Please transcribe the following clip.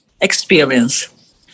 experience